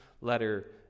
letter